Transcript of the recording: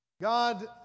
God